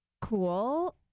cool